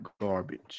garbage